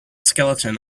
skeleton